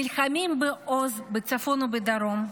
נלחמים בעוז בצפון ובדרום,